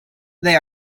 they